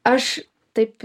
aš taip